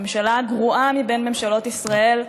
הממשלה הגרועה מבין ממשלות ישראל,